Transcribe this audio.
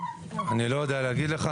אני לא יודע להגיד לך.